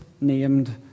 named